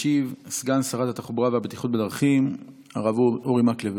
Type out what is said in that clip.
ישיב סגן שרת התחבורה והבטיחות בדרכים הרב אורי מקלב.